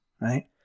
right